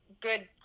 good